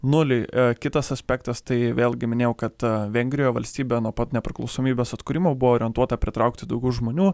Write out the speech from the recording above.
nuliui kitas aspektas tai vėlgi minėjau kad vengrijoj valstybė nuo pat nepriklausomybės atkūrimo buvo orientuota pritraukti daugiau žmonių